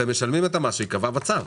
אתם משלמים את המס שייקבע בצו.